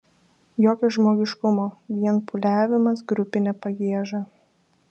jokio žmogiškumo vien pūliavimas grupine pagieža